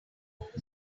like